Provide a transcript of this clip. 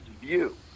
view